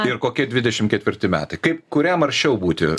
ir kokie dvidešim ketvirti metai kaip kuriam aršiau būti